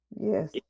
Yes